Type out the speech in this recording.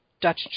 Dutch